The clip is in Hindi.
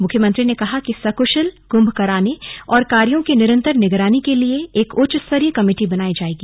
मुख्यमंत्री ने कहा कि सकुशल कुंभ कराने और कार्यों की निरंतर निगरानी के लिए एक उच्च स्तरीय कमेटी बनायी जायेगी